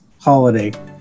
holiday